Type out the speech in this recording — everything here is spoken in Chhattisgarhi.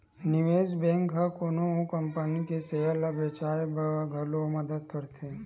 निवेस बेंक ह कोनो कंपनी के सेयर ल बेचवाय म घलो मदद करथे